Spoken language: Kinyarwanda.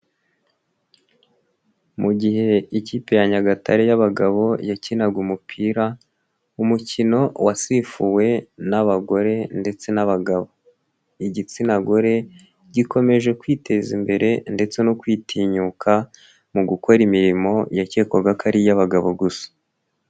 Mu gihe Ikipe ya Nyagatare y'abagabo yakinaga umupira, umukino wasifuwe n'abagore ndetse n'abagabo, igitsina gore gikomeje kwiteza imbere ndetse no kwitinyuka mu gukora imirimo yakekwaga ko ari iy'abagabo gusa.